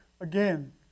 again